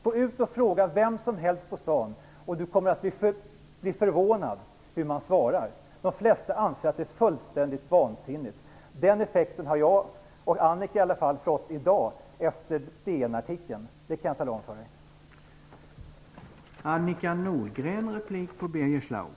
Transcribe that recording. Gå ut och fråga vem som helst på stan, och Jan Jennehag kommer att bli förvånad hur man svarar. De flesta anser att det är fullständigt vansinnigt. Den respekten har i varje fall jag och Annika Nordgren fått i dag efter DN-artikeln i morse. Det kan jag tala om för Jan Jennehag.